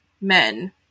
men